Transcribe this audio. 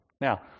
Now